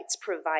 provide